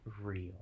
real